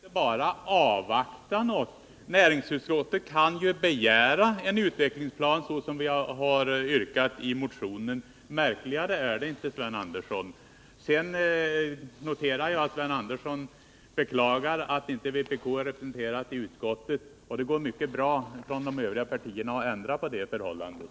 Herr talman! Näringsutskottet behöver inte bara avvakta något. Utskottet kan ju begära en utvecklingsplan, såsom vi har yrkat i motionen. Märkligare är det inte, Sven Andersson. Sedan noterar jag att Sven Andersson beklagar att vpk inte är representerat i utskottet. Det går mycket bra för de övriga partierna att ändra på det förhållandet.